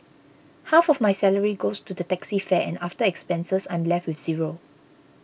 half of my salary goes to the taxi fare and after expenses I'm left with zero